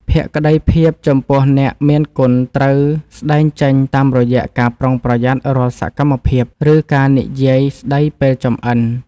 ភក្តីភាពចំពោះអ្នកមានគុណត្រូវស្តែងចេញតាមរយៈការប្រុងប្រយ័ត្នរាល់សកម្មភាព ឬការនិយាយស្តីពេលចម្អិន។